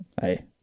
Hey